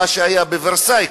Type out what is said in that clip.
כמו שהיה ב"אולמי ורסאי",